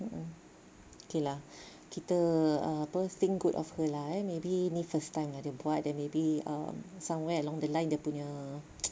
mm mm okay lah kita uh apa think good of her lah eh maybe ni first time dia buat then maybe um somewhere along the line dia punya